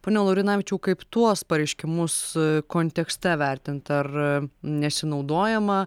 pone laurinavičiau kaip tuos pareiškimus kontekste vertint ar nesinaudojama